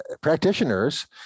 practitioners